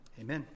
Amen